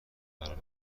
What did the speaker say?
مرا